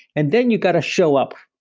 and then you got to show up.